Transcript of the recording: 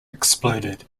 exploded